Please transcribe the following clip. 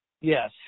Yes